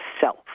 self